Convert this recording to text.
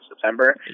September